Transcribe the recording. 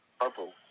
Purple